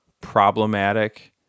problematic